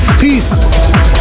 peace